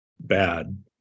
bad